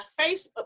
Facebook